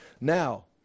Now